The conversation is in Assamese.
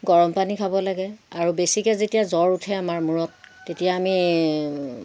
গৰম পানী খাব লাগে আৰু বেছিকে যেতিয়া জ্বৰ উঠে আমাৰ মূৰত তেতিয়া আমি